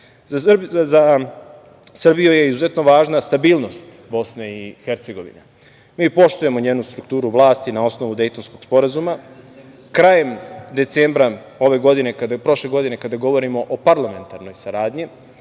Srbiju je izuzetno važna stabilnost BiH. Mi poštujemo njenu strukturu vlasti na osnovu Dejtonskog sporazuma. Krajem decembra prošle godine, kada govorimo o parlamentarnoj saradnji,